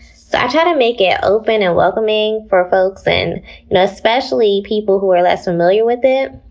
so i try to make it open and welcoming for folks, and and especially people who are less familiar with it.